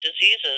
diseases